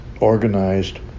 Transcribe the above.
organized